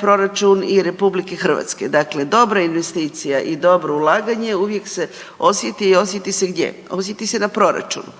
proračun i RH. Dakle, dobra investicija i dobro uvijek se osjetiti i osjeti se gdje, osjeti na proračunu.